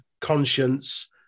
Conscience